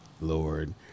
Lord